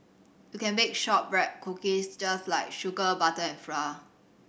you can bake shortbread cookies just like sugar butter and flour